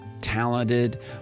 talented